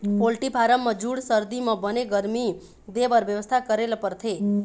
poultry farm म जूड़ सरदी म बने गरमी देबर बेवस्था करे ल परथे